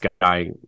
guy